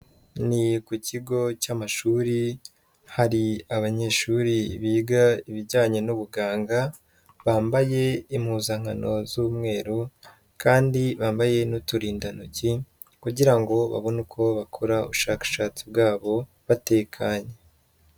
Ni ku kigo cy'amashuri, hari abanyeshuri biga ibijyanye n'ubuganga, bambaye impuzankano z'umweru kandi bambaye n'uturindantoki kugira ngo babone uko bakora ubushakashatsi bwabo batekanye.